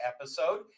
episode